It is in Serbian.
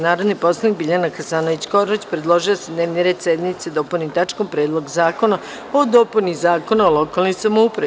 Narodni poslanik Biljana Hasanović Korać, predložila je da se dnevni red sednice dopuni tačkom - Predlog zakona o dopuni Zakona o lokalnoj samoupravi.